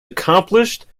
accomplished